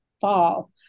fall